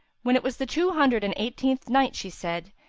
when it was the two hundred and eighteenth night, she said,